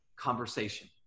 conversation